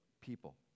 people